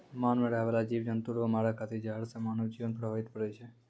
मान मे रहै बाला जिव जन्तु रो मारै खातिर जहर से मानव जिवन प्रभावित पड़ै छै